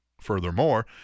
Furthermore